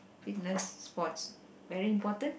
fitness sports very important